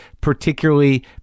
particularly